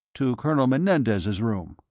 to colonel menendez's room?